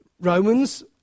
Romans